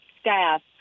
staff